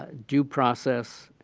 ah due process,